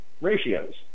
ratios